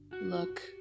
look